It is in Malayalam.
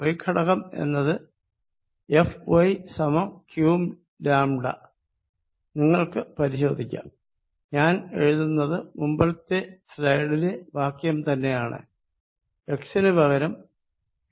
y ഘടകം എന്നത് Fy സമം qλ നിങ്ങൾക്ക് പരിശോധിക്കാം ഞാൻ എഴുതുന്നത് മുൻപത്തെ സ്ലൈഡിലെ വാക്യം തന്നെയാണ് x നു പകരം 4πϵ0